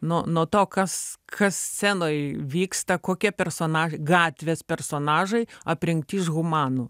nuo nuo to kas kas scenoj vyksta kokie personažai gatvės personažai aprengti iš humanų